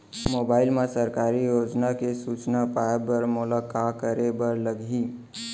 mobile मा सरकारी योजना के सूचना पाए बर मोला का करे बर लागही